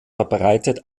verbreitet